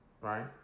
right